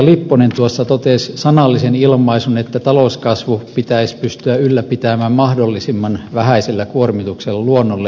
lipponen tuossa totesi sanallisen ilmaisun että talouskasvu pitäisi pystyä ylläpitämään mahdollisimman vähäisellä kuormituksella luonnolle